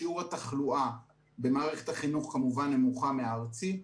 שיעור התחלואה במערכת החינוך כמובן נמוך מהשיעור הארצי,